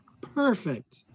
Perfect